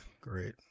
great